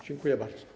Dziękuję bardzo.